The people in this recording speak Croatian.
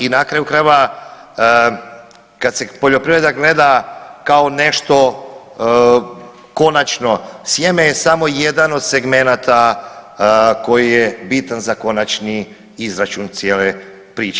I na kraju krajeva kad se poljoprivreda gleda kao nešto konačno sjeme je samo jedan od segmenata koji je bitan za konačni izračun cijele priče.